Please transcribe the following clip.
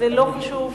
זה לא חשוב.